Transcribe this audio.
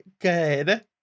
good